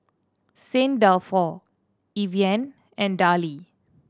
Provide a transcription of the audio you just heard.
Saint Dalfour Evian and Darlie